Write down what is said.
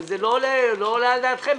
זה לא עולה על דעתכם בכלל.